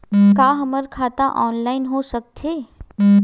का हमर खाता ऑनलाइन हो सकथे?